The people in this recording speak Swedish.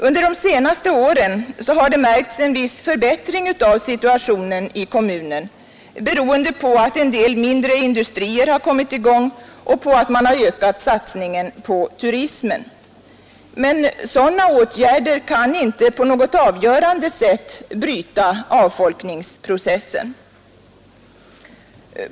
Under de senaste åren har det märkts en viss förbättring av situationen i kommunen, beroende på att en del mindre industrier har kommit i gång och att man ökat satsningen på turismen. Men sådana åtgärder kan inte på något avgörande sätt bryta avfolkningsprocessen.